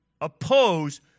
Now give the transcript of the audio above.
oppose